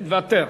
מוותר.